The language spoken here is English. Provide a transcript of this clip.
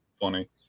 funny